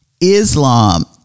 Islam